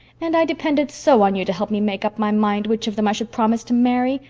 and i depended so on you to help me make up my mind which of them i should promise to marry,